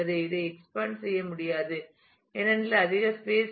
இதை எக்ஸ்பேண்ட் செய்ய முடியாது ஏனென்றால் அதிக ஸ்பேஸ் இல்லை